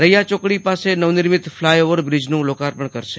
રૈ યા ચાે કડી પાસે નવનિર્મિત ફલાય ઓ વર બ્રિજનું લો કાર્પણ કરશે